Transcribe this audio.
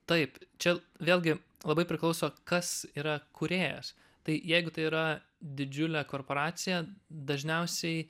taip čia vėlgi labai priklauso kas yra kūrėjas tai jeigu tai yra didžiulė korporacija dažniausiai